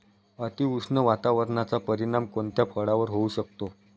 अतिउष्ण वातावरणाचा परिणाम कोणत्या फळावर होऊ शकतो?